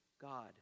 God